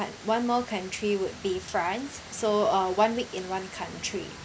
one more country would be france so uh one week in one country